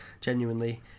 genuinely